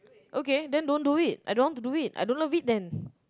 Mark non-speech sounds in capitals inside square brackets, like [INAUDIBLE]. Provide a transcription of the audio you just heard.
okay then don't do it I don't want to do it I don't love it then [BREATH]